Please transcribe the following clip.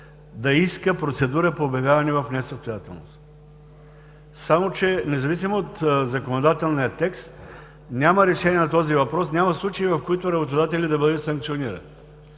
да иска процедура по обявяване в несъстоятелност“. Независимо от законодателния текст, няма решение на този въпрос, няма случаи, в които работодателят да бъде санкциониран,